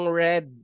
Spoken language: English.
red